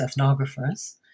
ethnographers